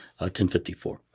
1054